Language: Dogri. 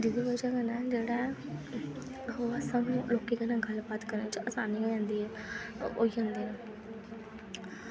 जेह्दी ब'जा कन्नै जेह्ड़ा ऐ ओह् सानूं लोकें कन्नै गल्ल बात करने च असानी होई जंदी ऐ